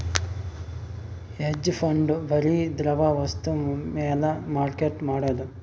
hedge fund ಬರಿ ದ್ರವ ವಸ್ತು ಮ್ಯಾಲ ಮಾರ್ಕೆಟ್ ಮಾಡೋದು